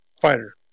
fighter